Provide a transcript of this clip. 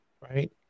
right